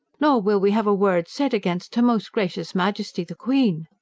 nor will we have a word said against her most gracious majesty, the queen.